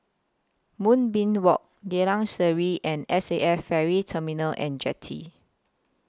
Moonbeam Walk Geylang Serai and S A F Ferry Terminal and Jetty